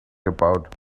about